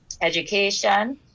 education